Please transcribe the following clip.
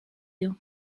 you